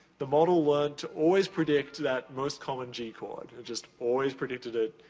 the model learned to always predict that most-common g chord. it just always predicted it,